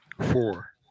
Four